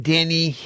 Danny